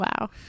Wow